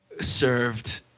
Served